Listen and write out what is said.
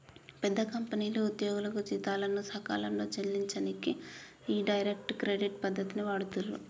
పెద్ద కంపెనీలు ఉద్యోగులకు జీతాలను సకాలంలో చెల్లించనీకి ఈ డైరెక్ట్ క్రెడిట్ పద్ధతిని వాడుతుర్రు